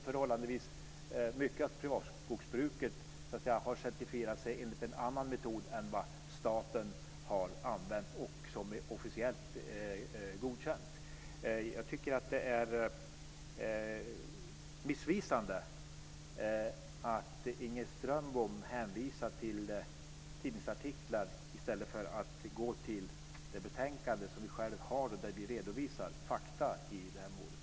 Förhållandevis mycket av det privata skogsbruket har certifierat sig enligt en annan metod än den som staten har använt och som är officiellt godkänd. Jag tycker att det är missvisande att, som Inger Strömbom gör, hänvisa till tidningsartiklar i stället för att gå till betänkandet där vi redovisar fakta i det här målet.